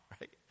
right